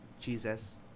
Jesus